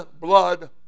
blood